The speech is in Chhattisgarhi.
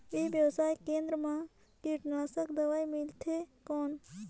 ई व्यवसाय केंद्र मा कीटनाशक दवाई मिलथे कौन?